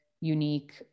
unique